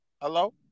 Hello